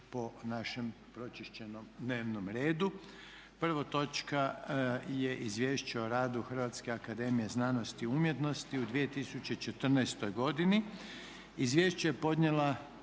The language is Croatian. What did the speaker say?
**Reiner, Željko (HDZ)** Prva točka je - Izvješće o radu Hrvatske akademije znanosti i umjetnosti u 2014. godini Izvješće je podnijela